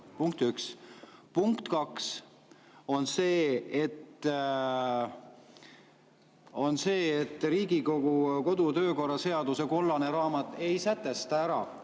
punkt üks. Punkt kaks on see, et Riigikogu kodu- ja töökorra seaduse kollane raamat ei sätesta ära,